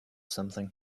something